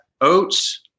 oats